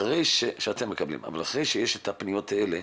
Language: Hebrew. אחרי שיש את הפניות האלה